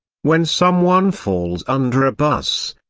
when someone falls under a bus,